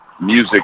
music